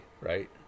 right